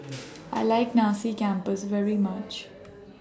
I like Nasi Campur very much